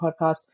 podcast